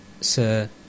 Sir